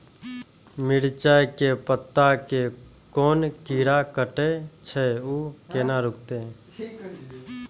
मिरचाय के पत्ता के कोन कीरा कटे छे ऊ केना रुकते?